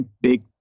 big